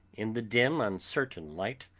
in the dim, uncertain light,